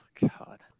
God